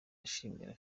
ashimira